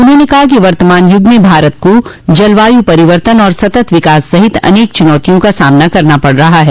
उन्होंने कहा कि वर्तमान युग में भारत को जलवायु परिवर्तन और सतत विकास सहित अनेक चुनौतियों का सामना करना पड़ रहा है